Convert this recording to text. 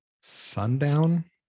Sundown